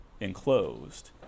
enclosed